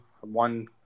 one